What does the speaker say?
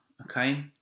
okay